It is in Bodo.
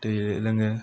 दै लोङो